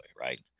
right